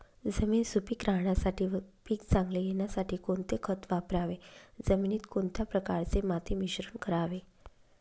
जमीन सुपिक राहण्यासाठी व पीक चांगले येण्यासाठी कोणते खत वापरावे? जमिनीत कोणत्या प्रकारचे माती मिश्रण करावे?